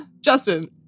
Justin